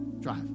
Drive